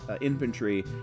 infantry